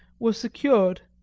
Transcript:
were secured.